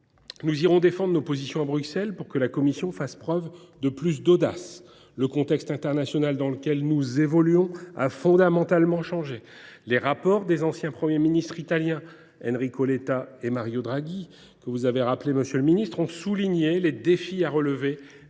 Nous irons défendre nos positions à Bruxelles pour que la Commission fasse preuve de plus d’audace, le contexte international dans lequel nous évoluons ayant fondamentalement changé. Les rapports des anciens premiers ministres italiens, Enrico Letta et Mario Draghi, que vous avez rappelés, monsieur le ministre, ont souligné les défis à relever.